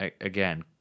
again